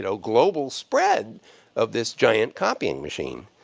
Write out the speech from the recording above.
you know global spread of this giant copying machine.